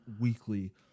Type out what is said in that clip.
weekly